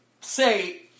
say